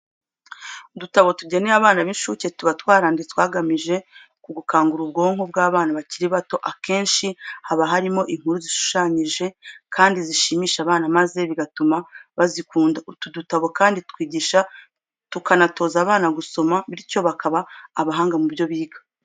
Udutabo tugenewe abana b'inshuke tuba twaranditswe hagamijwe ku gukangura ubwonko bw'abana bakiri bato. Akenshi, haba harimo inkuru zishushanyije ndetse zishimisha abana maze bigatuma bazikunda. Utu dutabo kandi twigisha tukanatoza abana gusoma bityo bakaba abahanga mu byo biga.